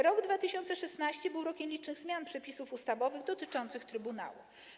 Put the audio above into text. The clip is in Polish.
Rok 2016 był rokiem licznych zmian przepisów ustawowych dotyczących trybunału.